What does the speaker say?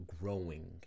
growing